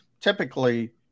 typically